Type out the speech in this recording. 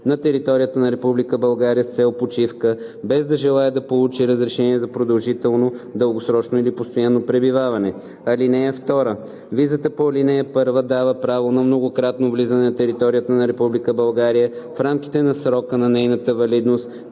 на територията на Република България, с цел почивка, без да желае да получи разрешение за продължително, дългосрочно или постоянно пребиваване. (2) Визата по ал. 1 дава право на многократно влизане на територията на Република България в рамките на срока на нейната валидност